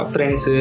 Friends